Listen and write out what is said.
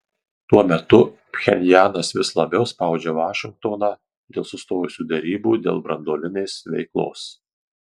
tuo metu pchenjanas vis labiau spaudžia vašingtoną dėl sustojusių derybų dėl branduolinės veiklos